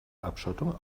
abschottung